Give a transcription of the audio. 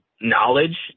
knowledge